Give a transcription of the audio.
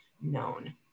known